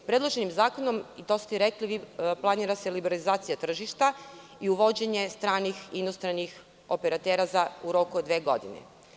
Predloženim zakonom, i to ste rekli, planira se liberalizacija tržišta i uvođenje stranih operatera u roku od dve godine.